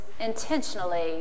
intentionally